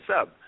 sub